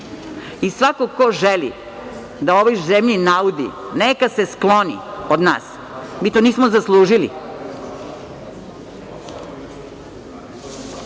Svako ko želi da ovoj zemlji naudi neka se skloni od nas. Mi to nismo zaslužili. Mnogo